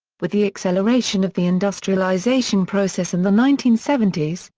with the acceleration of the industrialization process in the nineteen seventy s,